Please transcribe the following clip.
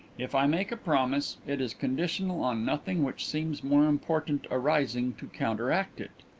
if i make a promise it is conditional on nothing which seems more important arising to counteract it.